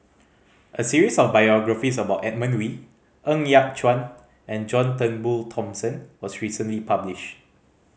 a series of biographies about Edmund Wee Ng Yat Chuan and John Turnbull Thomson was recently published